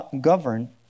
govern